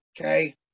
Okay